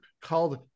called